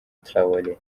traore